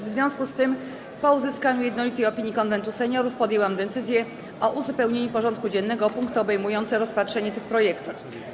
W związku z tym, po uzyskaniu jednolitej opinii Konwentu Seniorów, podjęłam decyzję o uzupełnieniu porządku dziennego o punkty obejmujące rozpatrzenie tych projektów.